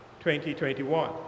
2021